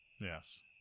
Yes